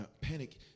Panic